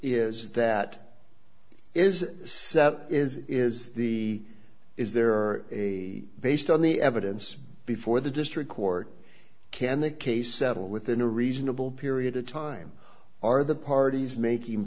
is that is that is is the is there are a based on the evidence before the district court can the case settle within a reasonable period of time are the parties making